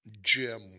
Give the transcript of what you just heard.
jim